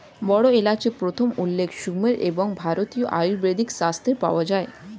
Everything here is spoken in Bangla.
বড় এলাচের প্রথম উল্লেখ সুমের এবং ভারতীয় আয়ুর্বেদিক শাস্ত্রে পাওয়া যায়